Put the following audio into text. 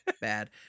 bad